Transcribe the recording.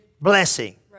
blessing